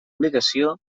obligació